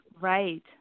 Right